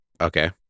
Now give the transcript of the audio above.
okay